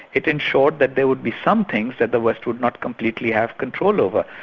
it ensured that there would be some things that the west would not completely have control over.